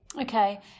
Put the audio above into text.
Okay